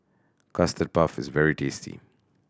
Custard Puff is very tasty